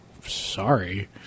Sorry